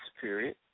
period